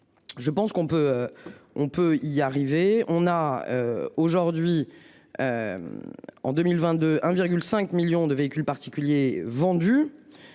Je pense qu'on peut. On peut y arriver. On a aujourd'hui. En 2022, 1,5 millions de véhicules particuliers vendus.